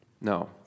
No